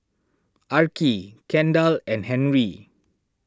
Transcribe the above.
Arkie Kendal and Henri